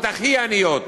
הכי עניות,